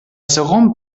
segon